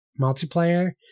multiplayer